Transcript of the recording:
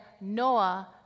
Noah